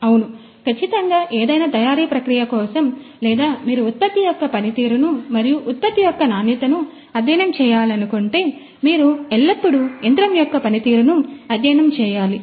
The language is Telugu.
అవును ఖచ్చితంగా ఏదైనా తయారీ ప్రక్రియ కోసం లేదా మీరు ఉత్పత్తి యొక్క పనితీరును మరియు ఉత్పత్తి యొక్క నాణ్యతను అధ్యయనం చేయాలనుకుంటే మీరు ఎల్లప్పుడూ యంత్రం యొక్క పనితీరును అధ్యయనం చేయాలి